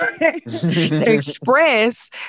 Express